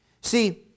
See